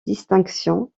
distinction